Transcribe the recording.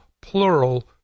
plural